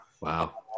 Wow